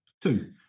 two